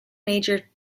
major